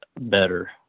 better